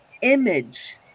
image